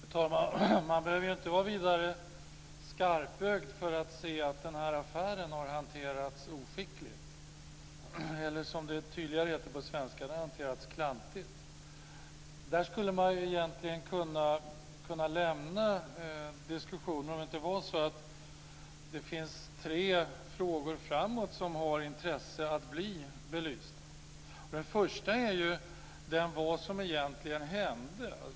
Fru talman! Man behöver inte vara vidare skarpögd för att se att den här affären har hanterats oskickligt. Eller som det heter på tydligare svenska: Den har hanterats klantigt. Där skulle man egentligen kunna lämna diskussionen, om det inte hade funnits tre frågor framåt som det är intressant att belysa. Den första frågan är den om vad som egentligen hände.